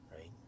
right